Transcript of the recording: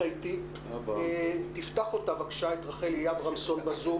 זה לא הולך דרך הzoom- אז נעלה את רחלי על הקו ונשמע אותה בטלפון.